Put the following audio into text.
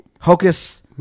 Hocus